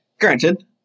Granted